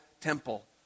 temple